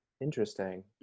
Interesting